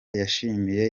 yashimangiye